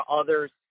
others